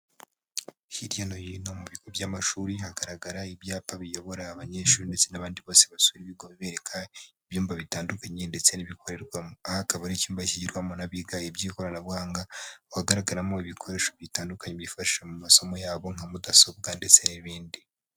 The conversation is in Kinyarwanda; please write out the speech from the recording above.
Hirya no hino mu bigo by'amashuri hagaragara ibyapa biyobora abanyeshuri ndetse n'abandi bose basura ibigo bibereka ibyumba bitandukanye ndetse n'ibikorerwamo. Aha akaba ari icyumba kigirwamo n'abiga iby'ikoranabuhanga bagaragaramo ibikoresho bitandukanye bifashisha mu masomo yabo nka mudasobwa ndetse n'ibindi.